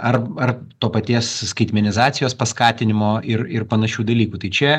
ar ar to paties skaitmenizacijos paskatinimo ir ir panašių dalykų tai čia